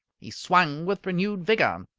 he swung with renewed vigour.